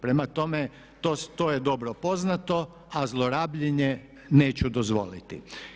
Prema tome to je dobro poznato a zlorabljenje neću dozvoliti.